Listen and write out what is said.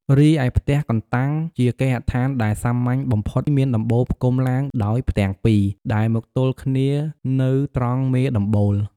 រីឯ ផ្ទះកន្តាំងជាគេហដ្ឋានដែលសាមញ្ញបំផុតមានដំបូលផ្គុំឡើងដោយផ្ទាំងពីរ ដែលមកទល់គ្នានៅត្រង់មេដំបូល។